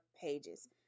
pages